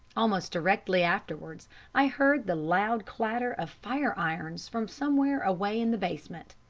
almost directly afterwards i heard the loud clatter of fire-irons from somewhere away in the basement,